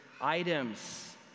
items